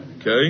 Okay